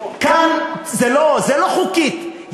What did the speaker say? זה לא חוקית,